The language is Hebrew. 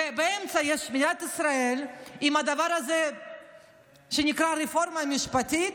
באמצע יש את מדינת ישראל עם הדבר הזה שנקרא רפורמה משפטית,